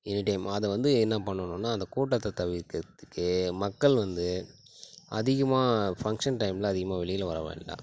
any time அதை வந்து என்ன பண்ணனுனா அந்த கூட்டத்தை தவிர்க்கிறதுக்கு மக்கள் வந்து அதிகமாக ஃபங்க்ஷன் டைம்மில அதிகமாக வெளியில வர வேண்டாம்